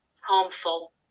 harmful